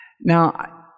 Now